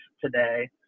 today